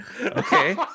Okay